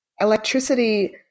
electricity